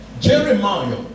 Jeremiah